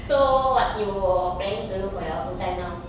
so what you're planning to do for your full time now